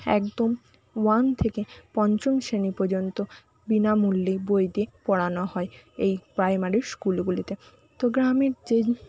একদম ওয়ান থেকে পঞ্চম শ্রেণী পর্যন্ত বিনামূল্যে বই দিয়ে পড়ানো হয় এই প্রাইমারি স্কুলগুলিতে তো গ্রামের যে